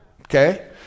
Okay